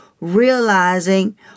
realizing